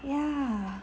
ya